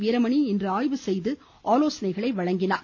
வீரமணி இன்று ஆய்வு செய்து ஆலோசனைகளை மேற்கொண்டார்